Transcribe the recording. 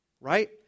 Right